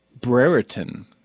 Brereton